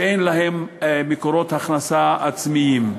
שאין להן מקורות הכנסה עצמיים.